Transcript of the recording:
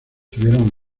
tuvieron